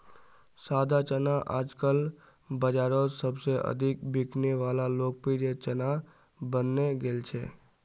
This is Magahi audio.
सादा चना आजकल बाजारोत सबसे अधिक बिकने वला लोकप्रिय चना बनने गेल छे